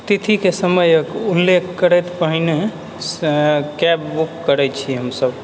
तिथिके समयके उल्लेख करैत पहिनेसँ कैब बुक करै छी हमसभ